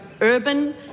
urban